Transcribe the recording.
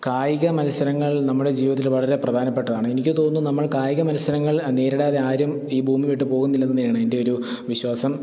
കായിക മത്സരങ്ങള് നമ്മുടെ ജീവിതത്തിൽ വളരെ പ്രധാനപ്പെട്ടതാണ് എനിക്ക് തോന്നുന്നു നമ്മൾ കായിക മത്സരങ്ങള് നേരിടാതെ ആരും ഈ ഭൂമി വിട്ടു പോകുന്നില്ലയെന്നു തന്നെയാണ് എന്റെയൊരു വിശ്വാസം